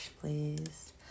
please